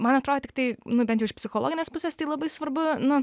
man atro tiktai nu bent jau iš psichologinės pusės tai labai svarbu nu